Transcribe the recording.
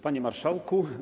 Panie Marszałku!